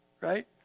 right